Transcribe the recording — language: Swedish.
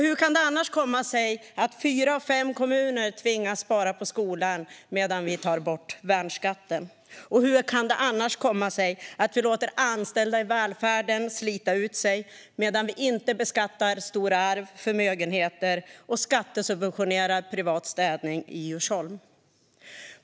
Hur kan det annars komma sig att fyra av fem kommuner tvingas spara på skolan samtidigt som vi tar bort värnskatten? Hur kan det annars komma sig att vi låter anställda i välfärden slita ut sig medan vi låter bli att beskatta stora arv eller förmögenheter och skattesubventionerar privat städning i Djursholm?